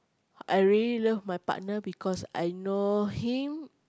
I really love my partner because I know him